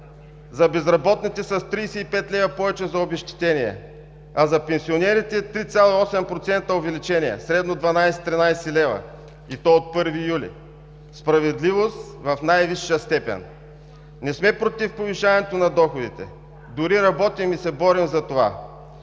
За безработните с 35 лв. повече за обезщетения, а за пенсионерите – 3,8% увеличение, средно 12 – 13 лв., и то от 1 юли! Справедливост в най-висша степен! Не сме против повишаването на доходите, дори работим и се борим за това,